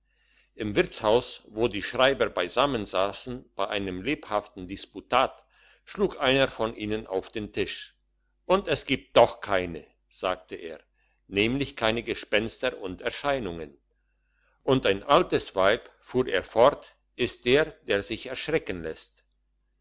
im wirtshaus wo die schreiber beisammen sassen bei einem lebhaften disputat schlug einer von ihnen auf den tisch und es gibt doch keine sagte er nämlich keine gespenster und erscheinungen und ein altes weib fuhr er fort ist der der sich erschrecken lässt